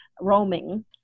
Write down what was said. roaming